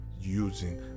using